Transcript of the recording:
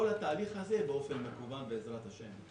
כל התהליך באופן מקוון, בעזרת השם.